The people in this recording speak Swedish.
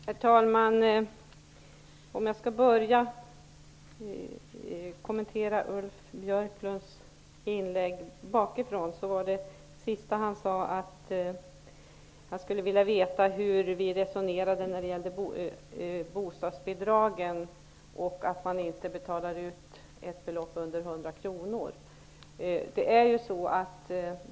Herr talman! Jag börjar kommentera Ulf Björklunds inlägg från slutet. Det sista han sade var att han skulle ville veta hur vi resonerat om bostadsbidragen och om detta med att belopp under 100 kr inte betalas ut.